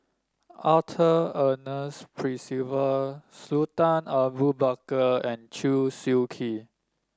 Arthur Ernest Percival Sultan Abu Bakar and Chew Swee Kee